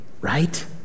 right